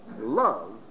love